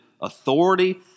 authority